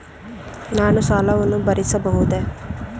ನಾನು ಸಾಲವನ್ನು ಭರಿಸಬಹುದೇ?